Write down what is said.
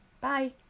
Bye